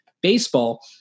baseball